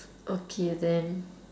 okay then